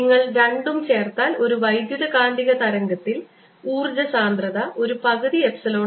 നിങ്ങൾ രണ്ടും ചേർത്താൽ ഒരു വൈദ്യുതകാന്തിക തരംഗത്തിൽ ഊർജ്ജ സാന്ദ്രത ഒരു പകുതി എപ്സിലോൺ 0 E 0 സ്ക്വയറായിരിക്കും